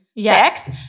sex